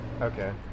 Okay